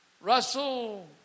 Russell